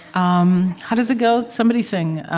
um how does it go? somebody, sing.